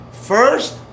First